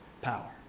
power